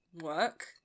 work